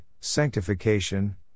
Sanctification